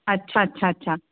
ಅಚ್ಚ ಅಚ್ಚ ಅಚ್ಚ